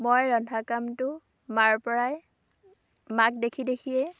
মই ৰন্ধা কামটো মাৰ পৰাই মাক দেখি দেখিয়েই